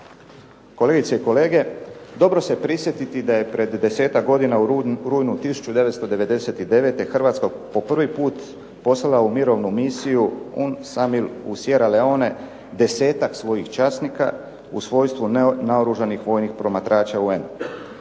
Kolegice i kolege, dobro se prisjetiti da je pred 10-ak godina u rujnu 1999. Hrvatska po prvi put poslala u mirovnu misiju UN …/Govornik se ne razumije./… u Sierra Leone 10-ak svojih časnika u svojstvu …/Govornik se ne razumije./…